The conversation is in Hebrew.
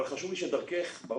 חשוב לי שדרכך תועבר התודה.